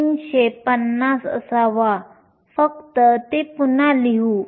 350 असावा फक्त ते पुन्हा लिहू